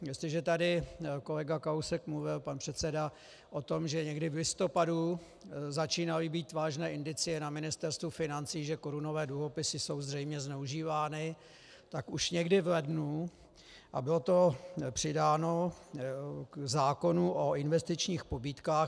Jestliže tady kolega Kalousek mluvil, pan předseda, o tom, že někdy v listopadu začínaly být vážné indicie na Ministerstvu financí, že korunové dluhopisy jsou zřejmě zneužívány, tak už někdy v lednu, a bylo to přidáno k zákonu o investičních pobídkách.